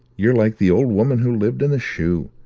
you're like the old woman who lived in a shoe.